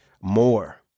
more